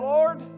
Lord